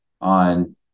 on